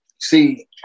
see